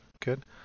good